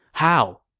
how?